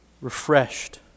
refreshed